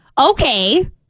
Okay